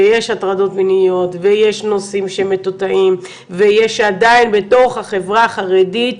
שיש הטרדות מיניות ויש נושאים שמטואטאים ויש עדיין בתוך החברה החרדית,